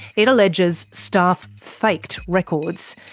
it alleges staff faked records,